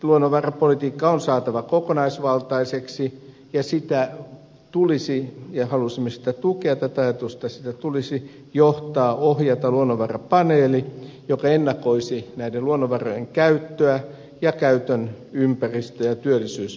luonnonvarapolitiikka on saatava kokonaisvaltaiseksi ja halusimme tukea tätä ajatusta että sitä tulisi johtaa ohjata luonnonvarapaneelin joka ennakoisi näiden luonnonvarojen käyttöä ja käytön ympäristö ja työllisyysvaikutuksia